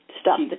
stop